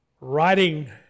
writing